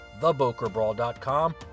thebokerbrawl.com